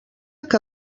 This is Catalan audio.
que